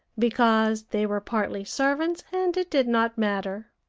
because they were partly servants and it did not matter.